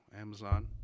amazon